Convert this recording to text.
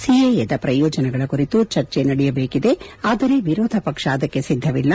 ಸಿಎಎದ ಪ್ರಯೋಜನಗಳ ಕುರಿತು ಚರ್ಚೆ ನಡೆಯಬೇಕಿದೆ ಆದರೆ ವಿರೋಧ ಪಕ್ಷ ಅದಕ್ಕೆ ಒದ್ದವಿಲ್ಲ